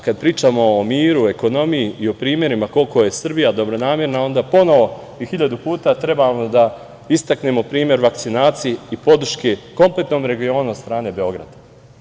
Kada pričamo o miru, ekonomiji i o primerima koliko je Srbija dobronamerna, onda ponovo i hiljadu puta treba da istaknemo primer vakcinacije i podrške kompletnom regionu od strane Beograda.